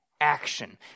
action